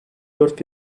dört